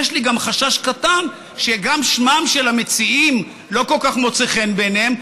יש לי גם חשש קטן שגם שמם של המציעים לא כל כך מוצא חן בעיניהם,